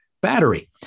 battery